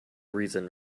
reason